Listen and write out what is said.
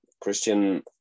Christian